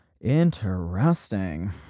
Interesting